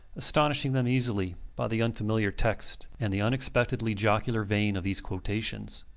astonishing them easily by the unfamiliar text and the unexpectedly jocular vein of these quotations.